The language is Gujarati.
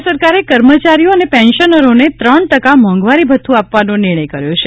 રાજ્ય સરકારે કર્મચારીઓ અને પેન્શનરોને ત્રણ ટકા મોંઘવારી ભથ્થુ આપવાનો નિર્ણય કર્યો છે